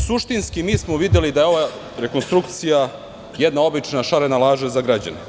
Suštinski mi smo videli da je ova rekonstrukcija jedna obična šarena laža za građane.